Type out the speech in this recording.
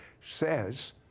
says